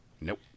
Nope